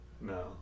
No